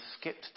skipped